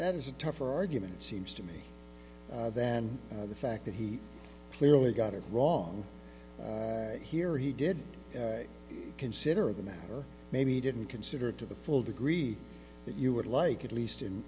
that is a tougher argument seems to me than the fact that he clearly got it wrong here he did consider the matter maybe he didn't consider it to the full degree that you would like at least in